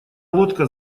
лодка